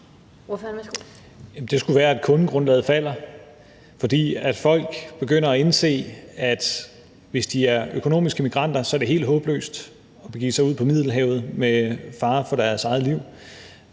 Det skulle være, at kundegrundlaget falder, fordi folk begynder at indse, at hvis de er økonomiske migranter, er det helt håbløst at begive sig ud på Middelhavet med fare for deres eget liv.